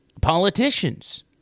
politicians